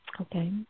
Okay